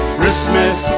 Christmas